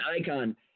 Icon